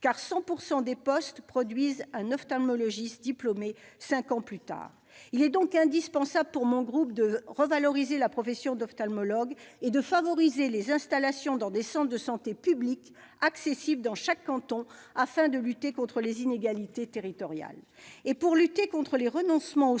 car 100 % des postes produisent un ophtalmologiste diplômé cinq ans plus tard. » Il est donc indispensable pour mon groupe de revaloriser la profession d'ophtalmologues et de favoriser les installations dans des centres de santé publics accessibles dans chaque canton, afin de lutter contre les inégalités territoriales.